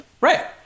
Right